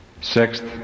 Sixth